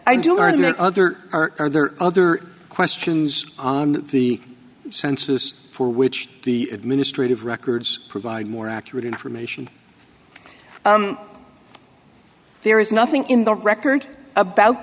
that other or there are other questions on the census for which the administrative records provide more accurate information there is nothing in the record about